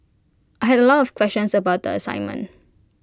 I had A lot of questions about the assignment